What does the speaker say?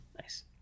Nice